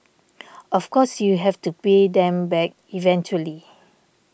of course you have to pay them back eventually